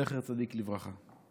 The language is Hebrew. זכר צדיק לברכה.